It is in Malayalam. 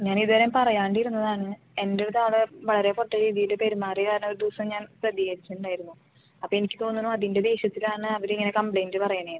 ഞാൻ ഇതുവരെയും പറയാണ്ട് ഇരുന്നതാണ് എൻ്റെ അടുത്ത് അവിടെ വളരെ പൊട്ട രീതിയിൽ പെരുമാറിയത് കാരണം ഒരു ദിവസം ഞാൻ പ്രതികരിച്ചിട്ടുണ്ടായിരുന്നു അപ്പോൾ എനിക്ക് തോന്നുന്നു അതിൻ്റെ ദേഷ്യത്തിൽ ആണ് അവർ ഇങ്ങനെ കംപ്ലയിൻറ്റ് പറയുന്നതെന്ന്